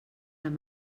amb